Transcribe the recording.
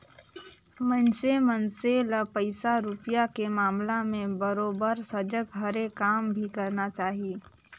मइनसे मन से ल पइसा रूपिया के मामला में बरोबर सजग हरे काम भी करना चाही